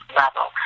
level